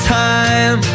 time